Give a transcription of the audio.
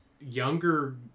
younger